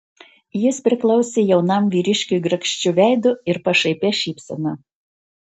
jis priklausė jaunam vyriškiui grakščiu veidu ir pašaipia šypsena